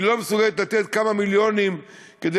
והיא לא מסוגלת לתת כמה מיליונים כדי